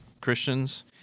Christians